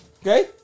Okay